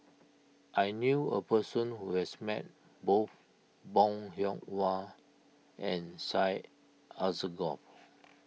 I knew a person who has met both Bong Hiong Hwa and Syed Alsagoff